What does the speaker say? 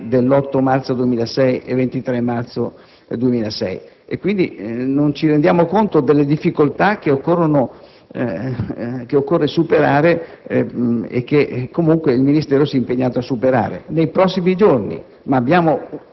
ministeriali dell'8 marzo 2006 e del 23 marzo 2006. Non ci si rende conto delle difficoltà che occorre superare e che comunque il Ministero si è impegnato a risolvere nei prossimi giorni.